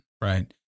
right